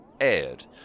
aired